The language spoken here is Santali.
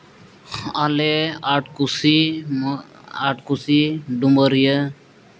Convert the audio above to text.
ᱟᱞᱮ ᱟᱴ ᱠᱩᱥᱤ ᱟᱴ ᱠᱩᱥᱤ ᱰᱩᱢᱟᱹᱨᱤᱭᱟᱹ